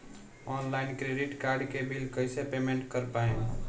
Online credit card के bill कइसे payment कर पाएम?